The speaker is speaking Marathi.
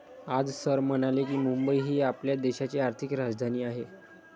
आज सर म्हणाले की, मुंबई ही आपल्या देशाची आर्थिक राजधानी आहे